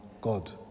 God